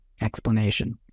explanation